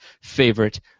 favorite